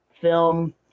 film